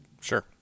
Sure